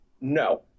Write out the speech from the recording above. No